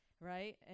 right